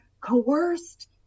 coerced